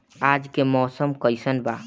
आज के मौसम कइसन बा?